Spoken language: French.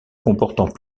comportant